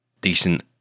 decent